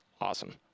awesome